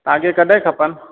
तव्हांखे कॾे खपनि